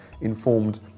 informed